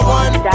one